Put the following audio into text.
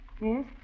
Yes